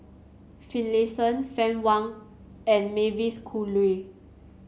Finlayson Fann Wong and Mavis Khoo Oei